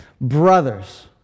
Brothers